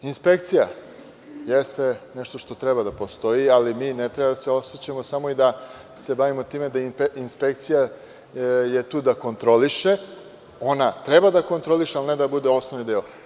Inspekcija jeste nešto što treba da postoji, ali mi ne treba da se osećamo samoi da se bavimo time da inspekcija je tu da kontroliše, ona treba da kontroliše, ali ne da bude osnovni deo.